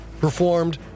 Performed